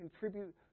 contribute